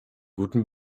guten